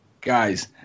Guys